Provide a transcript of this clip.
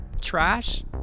trash